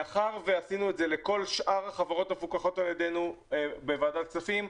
מאחר שעשינו את זה לכל שאר החברות המפוקחות על ידינו בוועדת הכספים,